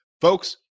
Folks